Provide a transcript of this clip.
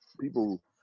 people